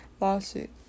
lawsuit